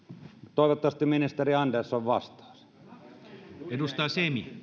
toivottavasti ministeri andersson vastaisi